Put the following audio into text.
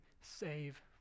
save